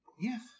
Yes